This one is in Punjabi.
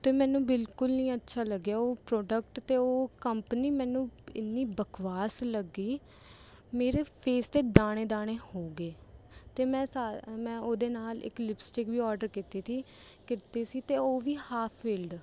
ਅਤੇ ਮੈਨੂੰ ਬਿਲਕੁਲ ਨਹੀਂ ਅੱਛਾ ਲੱਗਿਆ ਉਹ ਪ੍ਰੋਡਕਟ ਅਤੇ ਉਹ ਕੰਪਨੀ ਮੈਨੂੰ ਇੰਨੀ ਬਕਵਾਸ ਲੱਗੀ ਮੇਰੇ ਫੇਸ 'ਤੇ ਦਾਣੇ ਦਾਣੇ ਹੋ ਗਏ ਅਤੇ ਮੈਂ ਮੈਂ ਉਹਦੇ ਨਾਲ ਇੱਕ ਲਿਪਸਟਿੱਕ ਵੀ ਆਰਡਰ ਕੀਤੀ ਤੀ ਕੀਤੀ ਸੀ ਅਤੇ ਉਹ ਵੀ ਹਾਫ਼ ਫਿੱਲਡ